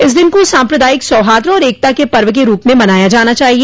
इस दिन को साम्प्रदायिक सौहार्द और एकता के पर्व के रूप में मनाया जाना चाहिए